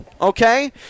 Okay